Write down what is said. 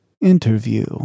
interview